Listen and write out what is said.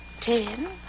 Ten